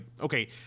okay